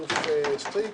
האלוף סטריק.